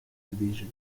division